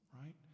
right